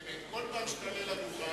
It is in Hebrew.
בכל פעם שאתה עולה לדוכן